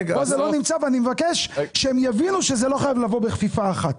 ואני מבקש שהם יבינו שזה לא חייב לבוא בכפיפה אחת.